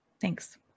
thanks